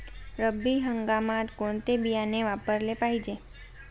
रब्बी हंगामात कोणते बियाणे वापरले पाहिजे?